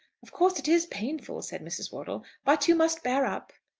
of course it is painful, said mrs. wortle, but you must bear up.